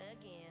again